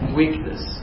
weakness